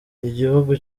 igihugu